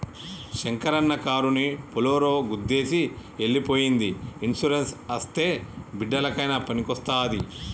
శంకరన్న కారుని బోలోరో గుద్దేసి ఎల్లి పోయ్యింది ఇన్సూరెన్స్ అస్తే బిడ్డలకయినా పనికొస్తాది